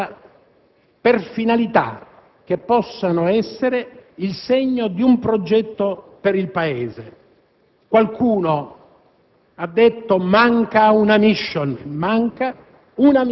non vengono utilizzate minimamente per finalità che possano essere il segno di un progetto per il Paese. Qualcuno